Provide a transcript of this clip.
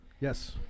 Yes